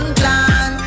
plan